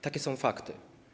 Takie są fakty.